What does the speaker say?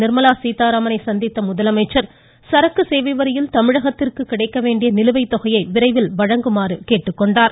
நிர்மலா சீத்தாராமனை சந்கிக்க முதலமைச்சர் சரக்கு சேவை வரியில் தமிழகத்திற்கு கிடைக்க வேண்டிய நிலுவைத் தொகையை விரைவில் வழங்குமாறு கேட்டுக்கொண்டார்